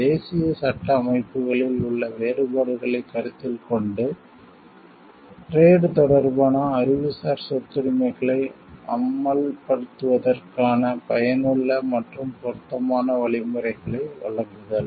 தேசிய சட்ட அமைப்புகளில் உள்ள வேறுபாடுகளைக் கருத்தில் கொண்டு டிரேட் வர்த்தகம் தொடர்பான அறிவுசார் சொத்துரிமைகளை அமல்படுத்துவதற்கான பயனுள்ள மற்றும் பொருத்தமான வழிமுறைகளை வழங்குதல்